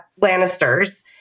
Lannisters